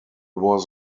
was